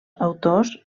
autors